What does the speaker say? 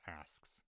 asks